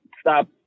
stop